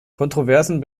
kontroversen